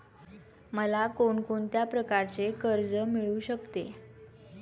मला कोण कोणत्या प्रकारचे कर्ज मिळू शकते?